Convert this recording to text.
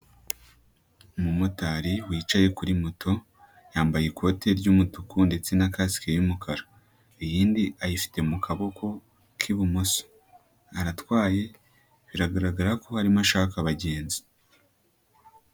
Umumotari wicaye kuri moto yambaye ikote ry'umutuku ndetse na kasike y'umukara, iyindi ayifite mu kaboko k'ibumoso, aratwaye biragaragara ko arimo ashaka abagenzi.